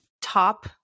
top